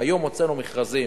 והיום הוצאנו מכרזים,